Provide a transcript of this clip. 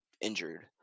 injured